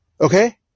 Okay